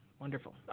wonderful